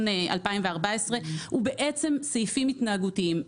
2014 הוא בעצם סעיפים התנהגותיים.